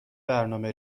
برنامه